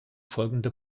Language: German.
folgende